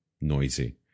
noisy